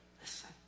Listen